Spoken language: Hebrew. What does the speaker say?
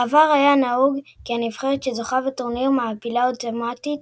בעבר היה נהוג כי הנבחרת שזוכה בטורניר מעפילה אוטומטית